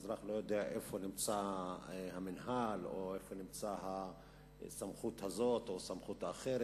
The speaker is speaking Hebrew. והאזרח לא יודע איפה נמצא המינהל או איפה נמצאת סמכות זו או סמכות אחרת,